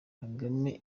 kagame